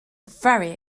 very